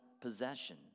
possession